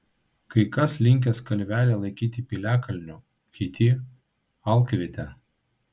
kai kas linkęs kalvelę laikyti piliakalniu kiti alkviete